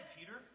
Peter